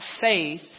faith